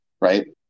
Right